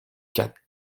quatre